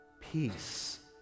Peace